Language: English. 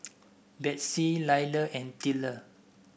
Betsey Leila and Tilla